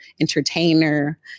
entertainer